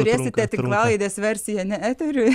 turėsite tinklalaidės versiją ne eteriui